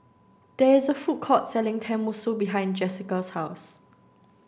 there is a food court selling Tenmusu behind Jesica's house